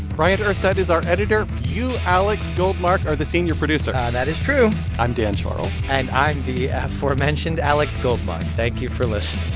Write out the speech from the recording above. bryant urstadt is our editor. you, alex goldmark, are the senior producer that is true i'm dan charles and i'm the yeah aforementioned alex goldmark. thank you for listening